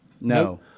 No